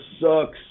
sucks